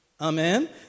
Amen